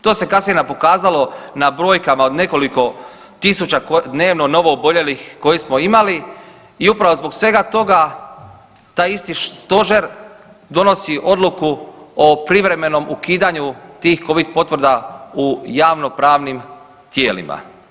To se kasnije nam pokazalo na brojkama od nekoliko tisuća dnevno novooboljelih koje smo imali i upravo zbog svega toga taj isti Stožer donosi odluku o privremenom ukidanju tih Covid potvrda u javnopravnim tijelima.